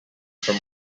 from